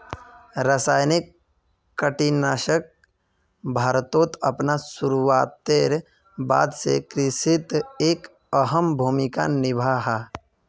रासायनिक कीटनाशक भारतोत अपना शुरुआतेर बाद से कृषित एक अहम भूमिका निभा हा